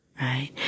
right